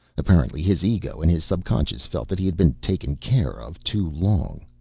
apparently his ego and his subconscious felt that he had been taken care of too long.